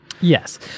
Yes